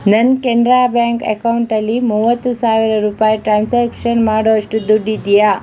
ನನ್ನ ಕೆನ್ರಾ ಬ್ಯಾಂಕ್ ಅಕೌಂಟಲ್ಲಿ ಮೂವತ್ತು ಸಾವಿರ ರೂಪಾಯಿ ಟ್ರಾನ್ಸ್ಯಾಕ್ಷನ್ ಮಾಡೋಷ್ಟು ದುಡ್ಡಿದೆಯಾ